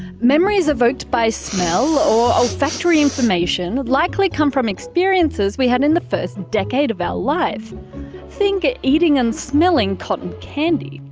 memories evoked by smell, or olfactory information, likely come from experiences we had in the first decade of our life think eating and smelling cotton candy.